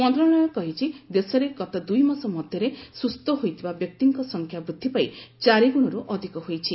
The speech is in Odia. ମନ୍ତ୍ରଣାଳୟ କହିଛି ଦେଶରେ ଗତ ଦୁଇମାସ ମଧ୍ୟରେ ସୁସ୍ଥ ହୋଇଥିବା ବ୍ୟକ୍ତିଙ୍କ ସଂଖ୍ୟା ବୃଦ୍ଧିପାଇ ଚାରିଗୁଣରୁ ଅଧିକ ହୋଇଛି